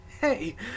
Hey